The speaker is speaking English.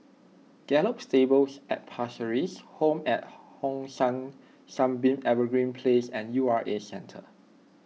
Gallop Stables at Pasir Ris Home at Hong San Sunbeam Evergreen Place and U R A Centre